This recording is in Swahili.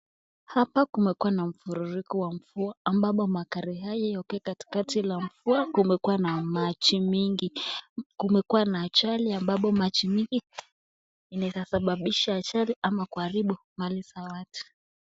Hapa kumekuwa na mfuririko wa mvua ambapo magari haya yakiwa katikati la mvua umekuwa na maji mingi. Kumekuwa na ajali ambapo maji mingi inaweza sababisha ajali ama kuharibu mali za watu.